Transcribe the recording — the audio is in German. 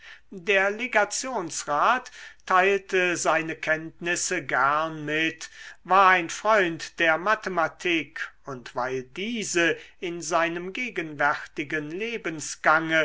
der legationsrat teilte seine kenntnisse gern mit war ein freund der mathematik und weil diese in seinem gegenwärtigen